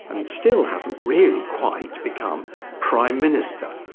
and still hasn't really quite become prime minister,